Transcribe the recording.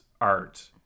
art